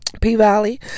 p-valley